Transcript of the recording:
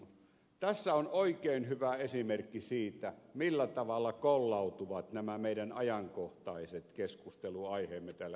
tässä on oikein hyvä esimerkki siitä millä tavalla kollautuvat nämä meidän ajankohtaiset keskustelunaiheemme täällä eduskunnassa